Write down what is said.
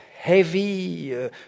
heavy